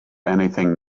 anything